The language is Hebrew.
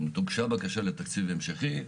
זאת אומרת, הוגשה בקשה לתקציב המשכי.